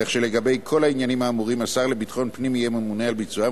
כך שלגבי כל העניינים האמורים השר לביטחון פנים יהיה ממונה על ביצועם,